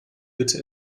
bitte